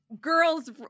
girls